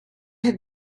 had